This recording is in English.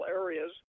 areas